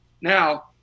Now